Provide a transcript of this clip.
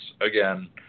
again